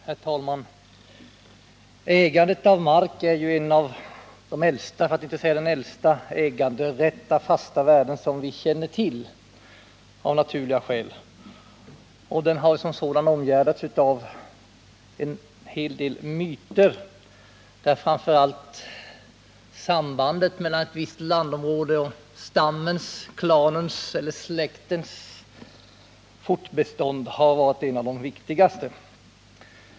Herr talman! Ägandet av mark är en av de äldsta, för att inte säga den allra äldsta, äganderätt av fasta värden som vi känner till. Den äganderätten har som sådan omgärdats av en hel del myter, där framför allt sambandet mellan visst landområde och stammens, klanens eller släktens fortbestånd har varit bland de viktigaste.